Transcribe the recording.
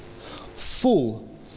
Full